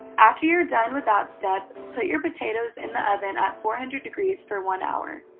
after you're done with that step, put your potatoes in the oven at four hundred degrees for one hour.